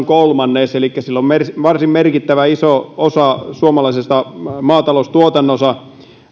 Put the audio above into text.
kolmannes elikkä sillä on varsin merkittävä iso osa suomalaisessa maataloustuotannossa